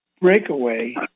breakaway